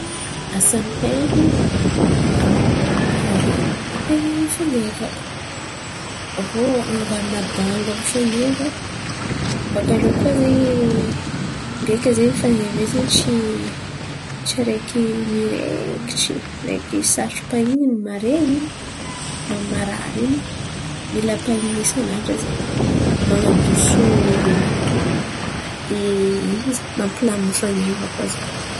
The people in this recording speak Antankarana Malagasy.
Asan’ny pain̈y ipain̈en̈a fan̈eva. Avo an̈aboarana bongo amin’ny fan̈eva. Bòakaio koa zen̈y beka zen̈y fan̈eva io tsy araiky mirekitry in̈y araiky sarotro pahin̈iny mare marary in̈y mila pahin̈iny isan'andra zen̈y man̈adoso ino zin̈y? Mampilamin̈y fan̈eva koa zen̈y.